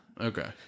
okay